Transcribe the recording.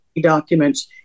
documents